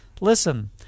Listen